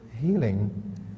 healing